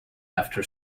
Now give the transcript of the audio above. after